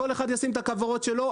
כל אחד ישים את הכוורות שלו.